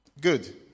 Good